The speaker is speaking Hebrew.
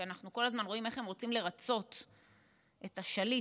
כי אנחנו כל הזמן רואים איך הם רוצים לרצות את השליט,